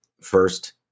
first